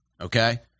okay